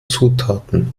zutaten